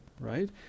right